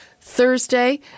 Thursday